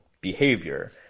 behavior